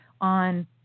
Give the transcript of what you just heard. on